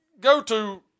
go-to